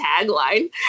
tagline